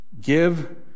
Give